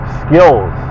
skills